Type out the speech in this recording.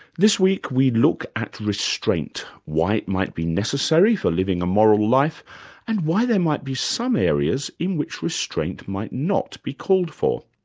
this week, we look at restraint, why it might be necessary for living a moral life and why there might be some areas in which restraint might not be called for.